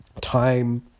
time